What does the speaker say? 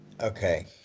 Okay